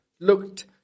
Looked